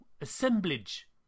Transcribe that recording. assemblage